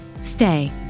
stay